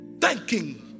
thanking